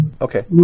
Okay